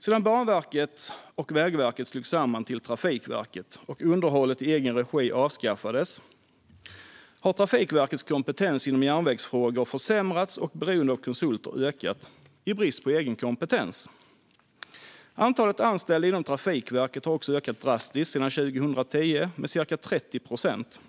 Sedan Banverket och Vägverket slogs samman till Trafikverket och underhållet i egen regi avskaffades har Trafikverkets kompetens inom järnvägsfrågor försämrats och beroendet av konsulter ökat i brist på egen kompetens. Antalet anställda inom Trafikverket har också ökat drastiskt sedan 2010 med ca 30 procent.